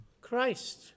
Christ